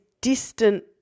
distant